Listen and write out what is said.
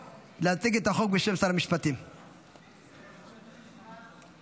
ברזל) (פגישה עם עורך דין של עצור בעבירת ביטחון) (תיקון מס' 2),